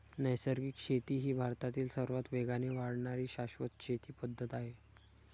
नैसर्गिक शेती ही भारतातील सर्वात वेगाने वाढणारी शाश्वत शेती पद्धत आहे